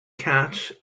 cats